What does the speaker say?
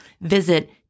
Visit